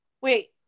wait